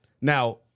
Now